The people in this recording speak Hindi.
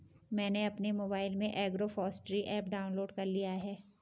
मैंने अपने मोबाइल में एग्रोफॉसट्री ऐप डाउनलोड कर लिया है